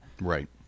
Right